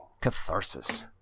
Catharsis